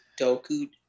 doku